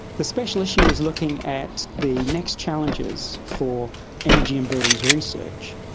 the special issue is looking at the next challenges for energy and buildings research,